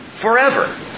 forever